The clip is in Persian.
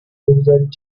بگذارید